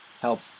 help